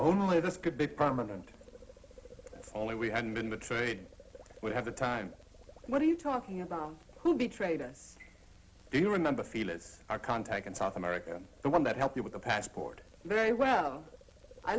only this could be permanent only we had been betrayed we have the time what are you talking about who betrayed us you remember feel is our contact in south america the one that help you with a passport very well i